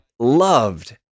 loved